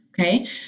okay